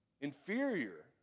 inferior